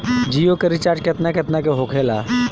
जियो के रिचार्ज केतना केतना के होखे ला?